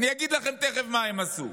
אני אגיד לכם תכף מה הם עשו.